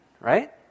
right